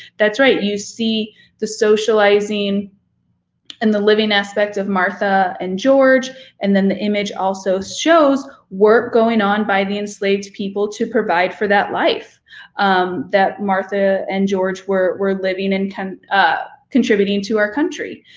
that's right, you see the socializing and the living aspect of martha and george and then the image also shows work going on by the enslaved people to provide for that life um that martha and george were were living and contributing ah contributing to our country.